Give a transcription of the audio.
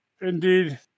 Indeed